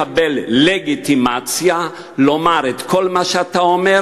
מקבל לגיטימציה לומר את כל מה שאתה אומר,